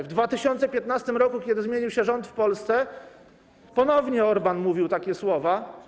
W 2015 r., kiedy zmienił się rząd w Polsce, ponownie Orbán mówił takie słowa.